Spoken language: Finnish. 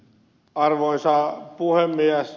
arvoisa puhemies